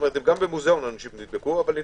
גם במוזיאון נדבקו, אבל שנים,